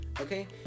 Okay